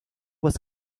was